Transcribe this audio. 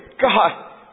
God